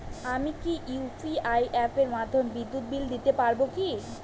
আমি কি ইউ.পি.আই অ্যাপের মাধ্যমে বিদ্যুৎ বিল দিতে পারবো কি?